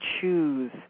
choose